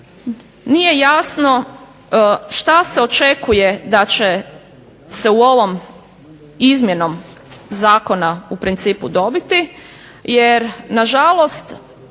nije jasno šta se očekuje da će se u ovom izmjenom zakona u principu dobiti. Jer na žalost